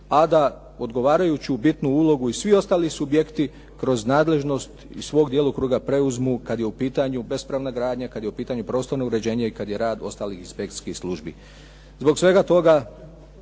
a da odgovarajuću bitnu ulogu i svi ostali subjekti kroz nadležnost iz svog djelokruga preuzmu kada je u pitanju bespravna gradnja, kada je u pitanju prostorno uređenje i kada je rad ostalih inspekcijskih službi. Zbog svega toga